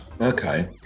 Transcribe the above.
Okay